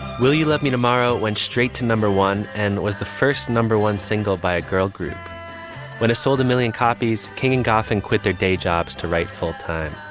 will you love me tomorrow? went straight to number one and was the first number one single by a girl group when it sold a million copies. king and goffin quit their day jobs to write full time